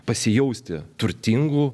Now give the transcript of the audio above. pasijausti turtingu